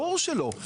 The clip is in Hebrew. ברור שלא.